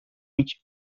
which